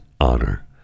honor